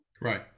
Right